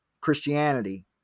Christianity